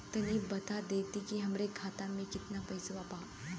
तनि बता देती की हमरे खाता में कितना पैसा बा?